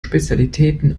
spezialitäten